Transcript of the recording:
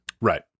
right